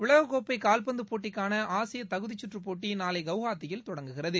உலகக்கோப்பை கால்பந்து போட்டிக்கான ஆசிய தகுதிக்கற்று போட்டி நாளை கவுகாத்தியில் தொடங்குகிறது